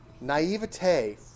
naivete